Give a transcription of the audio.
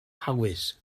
hawys